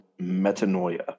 Metanoia